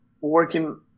working